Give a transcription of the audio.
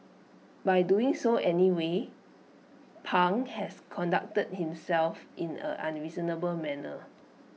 by doing so anyway pang has conducted himself in an unreasonable manner